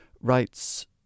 writes